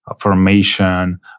formation